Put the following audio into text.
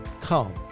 Come